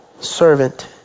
servant